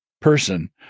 person